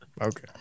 Okay